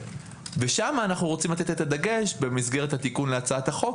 שם אנחנו רוצים לתת את הדגש במסגרת התיקון להצעת החוק,